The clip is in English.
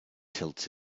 tilts